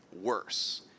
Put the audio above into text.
worse